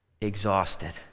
exhausted